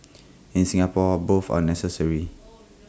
in Singapore both are necessary